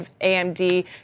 AMD